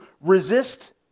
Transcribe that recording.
resist